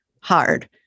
hard